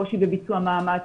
קושי בביצוע מאמץ,